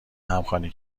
همخوانی